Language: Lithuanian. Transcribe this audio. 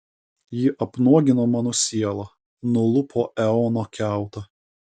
ji apnuogino mano sielą nulupo eono kiautą